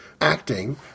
acting